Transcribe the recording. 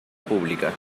pública